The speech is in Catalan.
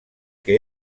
que